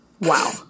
Wow